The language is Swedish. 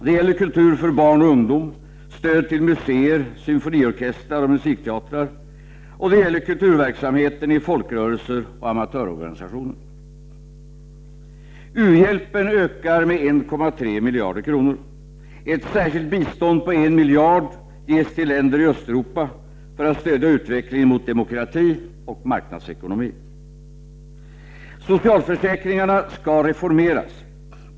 Det gäller kultur för barn och ungdom; stöd till museer, symfoniorkestrar och musikteatrar; och det gäller kulturverksamheten i folkrörelser och amatörorganisationer. o U-hjälpen ökar med 1,3 miljarder kronor. Ett särskilt bistånd på 1 miljard kronor ges till länder i Östeuropa för att stödja utvecklingen mot demokrati och marknadsekonomi. o Socialförsäkringarna skall reformeras.